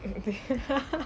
if you